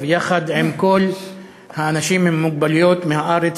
ויחד עם כל האנשים עם מוגבלויות מהארץ,